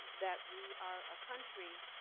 that we are a country,